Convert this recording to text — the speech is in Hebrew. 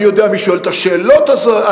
אני יודע מי שואל את השאלות האלה,